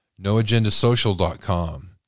noagendasocial.com